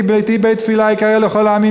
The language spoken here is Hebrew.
כי ביתי בית תפילה ייקרא לכל העמים,